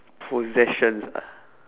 possessions ah